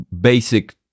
basic